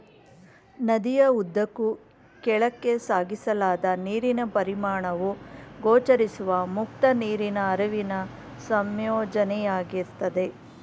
ನದಿಯ ಉದ್ದಕ್ಕೂ ಕೆಳಕ್ಕೆ ಸಾಗಿಸಲಾದ ನೀರಿನ ಪರಿಮಾಣವು ಗೋಚರಿಸುವ ಮುಕ್ತ ನೀರಿನ ಹರಿವಿನ ಸಂಯೋಜನೆಯಾಗಿರ್ತದೆ